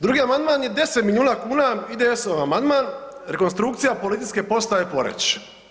Drugi amandman je 10 miliona kuna, IDS-ov amandman rekonstrukcija Policijske postaje Poreč.